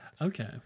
Okay